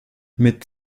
mit